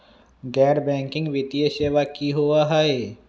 गैर बैकिंग वित्तीय सेवा की होअ हई?